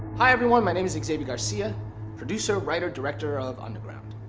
hi everyone, my name is is xavier garcia producer, writer, director of underground.